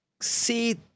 see